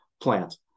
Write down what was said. Plant